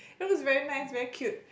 that looks very nice very cute